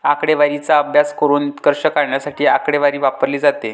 आकडेवारीचा अभ्यास करून निष्कर्ष काढण्यासाठी आकडेवारी वापरली जाते